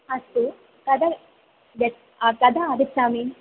अस्तु तदा यत् कदा आगच्छामि